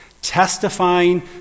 testifying